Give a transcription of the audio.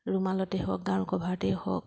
ৰুমালতে হওক গাৰু কভাৰতেই হওক